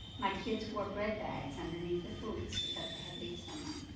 my kids wore bread bags underneath their boots because they had leaks in them.